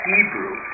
Hebrew